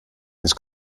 his